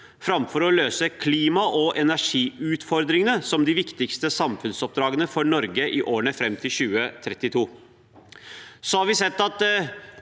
framfor å løse klima- og energiutfordringene som det viktigste samfunnsoppdraget for Norge i årene fram til 2032.